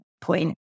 point